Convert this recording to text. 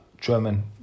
German